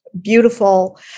beautiful